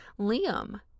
Liam